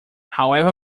however